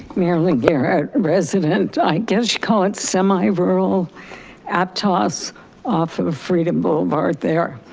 marilyn garrett, resident i guess you call it semi-rural aptos off of freedom boulevard there.